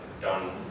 done